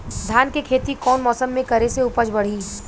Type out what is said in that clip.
धान के खेती कौन मौसम में करे से उपज बढ़ी?